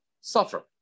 suffer